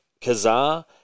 Kazar